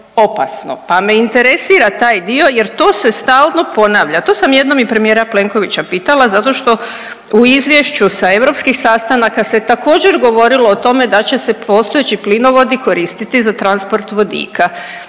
pa me interesira taj dio jer to se stalno ponavlja. To sam jednom i premijera Plenkovića pitala zato što u izvješću sa europskih sastanaka se također govorilo o tome da će se postojeći plinovodi koristiti za transport vodika